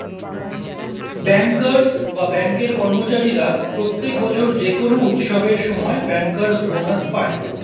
bankers বা ব্যাঙ্কের কর্মচারীরা প্রত্যেক বছর যে কোনো উৎসবের সময় ব্যাংকার্স বোনাস পায়